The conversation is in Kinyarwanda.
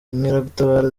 inkeragutabara